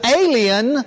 alien